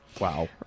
Wow